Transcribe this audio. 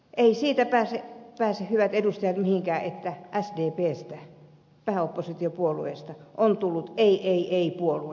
ei siitä pääse hyvät edustajat mihinkään että sdpstä pääoppositiopuolueesta on tullut ei ei ei puolue